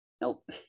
nope